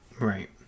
right